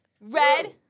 Red